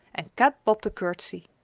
and kat bobbed a curtsy.